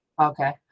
okay